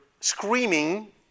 screaming